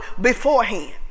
beforehand